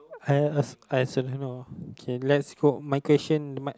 I als~ I also don't know okay let's go my question